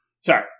Sorry